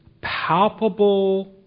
palpable